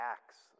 Acts